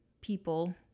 people